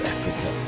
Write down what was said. Africa